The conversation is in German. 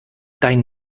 dein